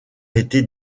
été